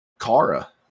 Kara